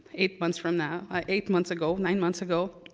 eight months from now ah eight months ago, nine months ago.